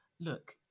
look